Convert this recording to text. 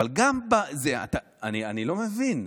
אני לא מבין.